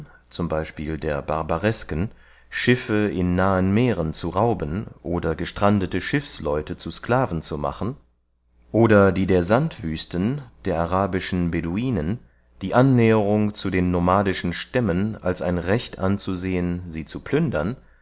z b der barbaresken schiffe in nahen meeren zu rauben oder gestrandete schiffsleute zu sklaven zu machen oder die der sandwüsten der arabischen beduinen die annäherung zu den nomadischen stämmen als ein recht anzusehen sie zu plündern